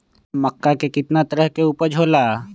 मक्का के कितना तरह के उपज हो ला?